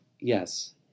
yes